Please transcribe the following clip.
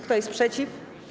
Kto jest przeciw?